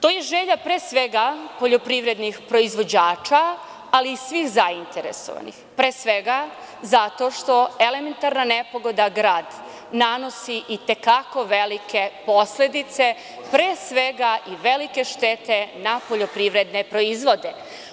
To je želja, pre svega, poljoprivrednih proizvođača ali i svih zainteresovanih, pre svega, zato što elementarna nepogoda grad nanosi i te kako velike posledice, pre svega, i velike štete na poljoprivredne proizvode.